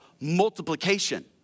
multiplication